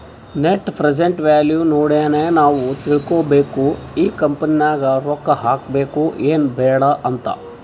net present value ನೋಡಿನೆ ನಾವ್ ತಿಳ್ಕೋಬೇಕು ಈ ಕಂಪನಿ ನಾಗ್ ರೊಕ್ಕಾ ಹಾಕಬೇಕ ಎನ್ ಬ್ಯಾಡ್ ಅಂತ್